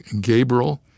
Gabriel